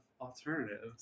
alternatives